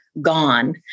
gone